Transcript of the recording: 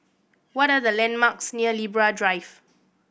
what are the landmarks near Libra Drive